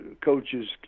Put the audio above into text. coaches